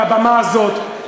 מהבמה הזאת,